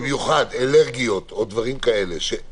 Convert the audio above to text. למה אתה לא